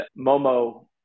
Momo